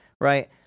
right